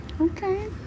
okay